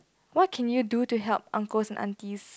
what can you do to help uncles and aunties